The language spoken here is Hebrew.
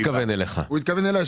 הוא התכוון אלי.